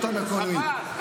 חברי הרשות המקומית,